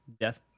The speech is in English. death